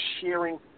sharing